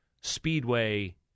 Speedway